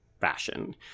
fashion